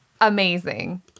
amazing